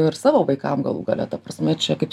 ir savo vaikam galų gale ta prasme čia kaip